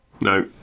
No